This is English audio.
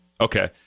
okay